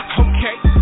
okay